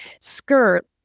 skirt